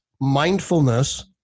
mindfulness